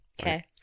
okay